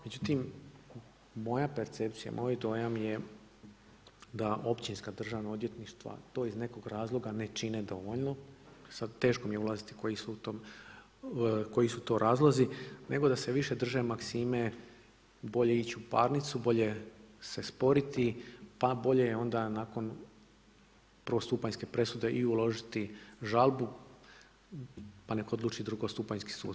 Međutim, moja percepcija, moj dojam je da općinska državna odvjetništva to iz nekog razloga ne čine dovoljno, sad teško mi je ulaziti koji su to razlozi, nego da se više drže maksime, bolje ić u parnicu, bolje se sporiti pa bolje onda nakon prvostupanjske presude i uložiti žalbu pa nek odluči drugostupanjski sud.